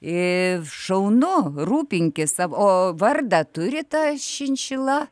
šaunu rūpinkis savo o vardą turi ta šinšila